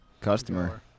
customer